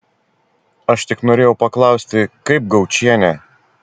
aš tik norėjau paklausti kaip gaučienė